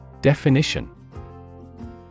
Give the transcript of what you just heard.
Definition